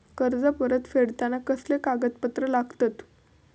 कर्ज परत फेडताना कसले कागदपत्र लागतत?